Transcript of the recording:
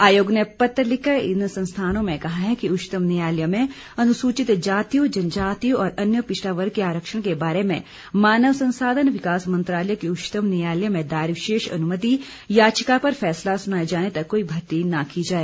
आयोग ने पत्र लिखकर इन संस्थानों से कहा है कि उच्चतम न्यायालय में अनुसूचित जातियों जनजातियों और अन्य पिछड़ा वर्ग के आरक्षण के बारे में मानव संसाधन विकास मंत्रालय की उच्चतम न्यायालय में दायर विशेष अनुमति याचिका पर फैसला सुनाए जाने तक कोई भर्ती न की जाए